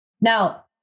Now